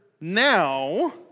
now